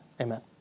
Amen